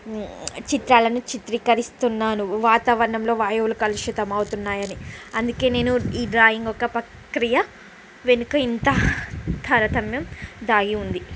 చిత్రాలన్నీ చిత్రీకరిస్తున్నాను వాతావరణంలో వాయువులు కలుషితమవుతున్నాయని అందుకే నేను ఈ డ్రాయింగు ఒక పక్రియ వెనుక ఇంత తారతమ్యం దాగివుంది